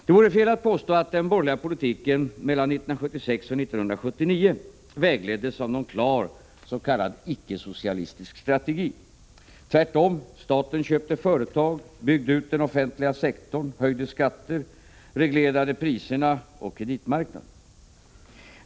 Det vore fel att påstå att den borgerliga politiken mellan 1976 och 1979 vägleddes av någon klar icke-socialistisk strategi. Tvärtom — staten köpte företag, byggde ut den offentliga sektorn, höjde skatter samt reglerade priserna och kreditmarknaden.